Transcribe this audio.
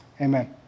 amen